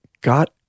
got